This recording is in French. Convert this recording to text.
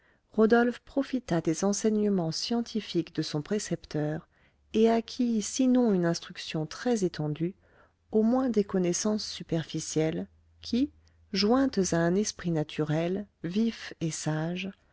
rodolphe profita des enseignements scientifiques de son précepteur et acquit sinon une instruction très étendue au moins des connaissances superficielles qui jointes à un esprit naturel vif et sage